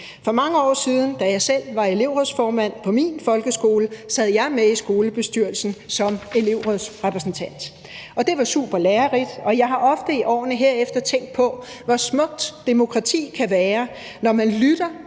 For mange år siden, da jeg selv var elevrådsformand på min folkeskole, sad jeg med i skolebestyrelsen som elevrådsrepræsentant. Det var super lærerigt, og jeg har ofte i årene herefter tænkt på, hvor smukt demokrati kan være, når man lytter